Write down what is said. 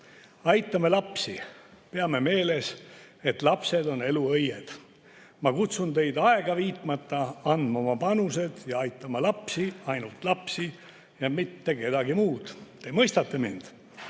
Aitame lapsi. Peame meeles, et lapsed on elu õied. Ma kutsun teid aega viitmata andma oma panused ja aitama lapsi, ainult lapsi ja mitte kedagi muud. Te mõistate mind?"